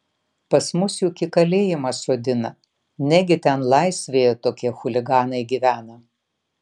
pas mus juk į kalėjimą sodina negi ten laisvėje tokie chuliganai gyvena